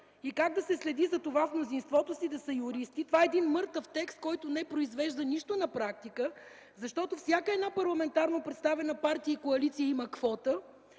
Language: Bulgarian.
и как да се следи – „в мнозинството си да са юристи”. Това е един мъртъв текст, който не произвежда нищо на практика, защото всяка парламентарно представена партия и коалиция има квота